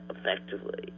effectively